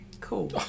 Cool